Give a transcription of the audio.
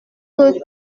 que